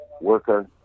worker